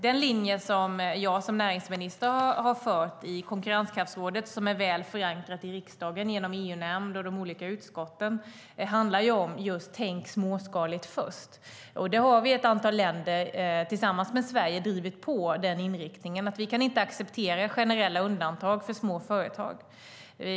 Den linje som jag som näringsminister har fört i konkurrenskraftsrådet och som är väl förankrad i riksdagen genom EU-nämnden och de olika utskotten handlar just om: Tänk småskaligt först! Ett antal länder har tillsammans med Sverige drivit på den inriktningen. Vi kan inte acceptera generella undantag för små företag.